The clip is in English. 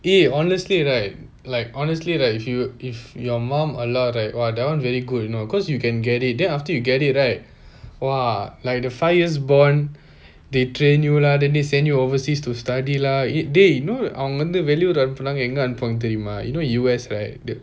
dey honestly right like honestly like if you if your mum allowed right eh !wah! that one very good you know cause you can get it then after you get it right !wah! like the five years bond they train you lah then they send you overseas to study lah eh dey they know அவங்க வந்து வெலி ஊரு அனுப்புனாங்க எங்க அனுப்புவாங்கனு தெரியுமா:avanga vanthu veliya ooru annupangana enga anupuvanganu theriyumah you know U_S right